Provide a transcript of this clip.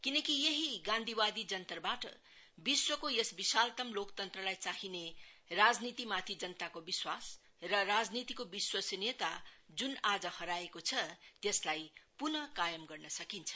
किनकि यही गान्धीवादी जन्तरबाट विशालतमा लोकतन्त्रलाई चाहिने राजनीतिमाथि जनताको विश्वास र राजनीतिको विश्वासनीयता ज्न आज हराएको छ त्यसलाई प्न कार्यम गर्न सकिन्छ